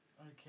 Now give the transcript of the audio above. okay